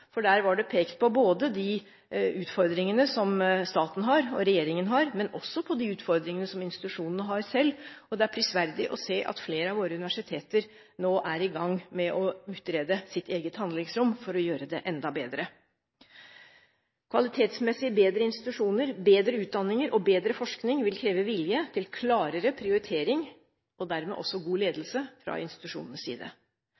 for der var det pekt på både de utfordringene som staten og regjeringen har, men også på de utfordringene som institusjonene har selv. Det er prisverdig å se at flere av våre universiteter nå er i gang med å utrede sitt eget handlingsrom for å gjøre det enda bedre. Kvalitetsmessig bedre institusjoner, bedre utdanninger og bedre forskning vil kreve vilje til klarere prioritering og dermed også god ledelse fra institusjonenes side.